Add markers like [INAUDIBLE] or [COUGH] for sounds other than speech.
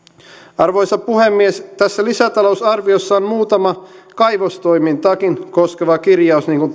arvoisa puhemies tässä lisätalousarviossa on muutama kaivostoimintaakin koskeva kirjaus niin kuin [UNINTELLIGIBLE]